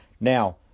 Now